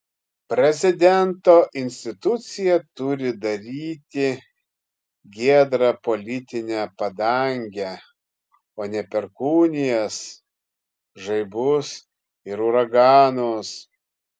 prezidento institucija turi daryti giedrą politinę padangę o ne perkūnijas žaibus ir uraganus